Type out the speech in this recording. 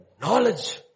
knowledge